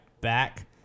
back